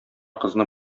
кызны